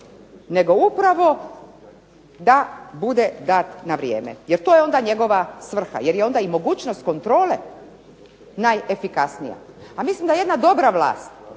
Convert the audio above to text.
nego upravo da bude dat na vrijeme jer to je onda njegova svrha. Jer je onda i mogućnost kontrole najefikasnija. A mislim da jedna dobra vlast